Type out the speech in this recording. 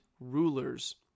rulers